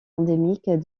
endémique